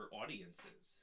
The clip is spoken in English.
audiences